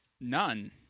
None